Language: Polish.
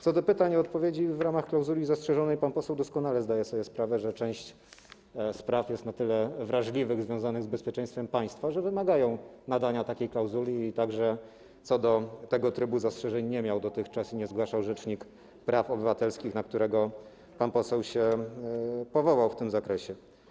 Co do pytań i odpowiedzi w ramach klauzuli zastrzeżonej, to pan poseł doskonale zdaje sobie sprawę, że część spraw jest na tyle wrażliwych, związanych z bezpieczeństwem państwa, że wymagają nadania takiej klauzuli i także co do tego trybu nie miał dotychczas zastrzeżeń i nie zgłaszał ich rzecznik praw obywatelskich, na którego pan poseł się powołał w tym zakresie.